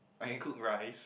I can cook rice